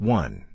one